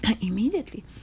immediately